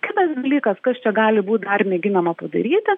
kitas dalykas kas čia gali būt dar mėginama padaryti